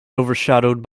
overshadowed